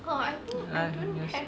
I guess